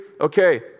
Okay